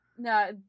No